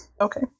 Okay